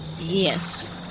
Yes